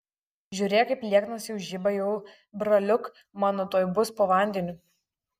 žiūrėk kaip lieknas jau žiba jau braliuk mano tuoj bus po vandeniu